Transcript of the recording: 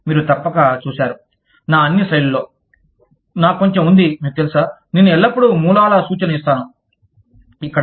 మీరు తప్పక చూసారు నా అన్ని స్లైడ్లలో నాకు కొంచెం ఉంది మీకు తెలుసా నేను ఎల్లప్పుడూ మూలాల సూచనను ఇస్తాను ఇక్కడ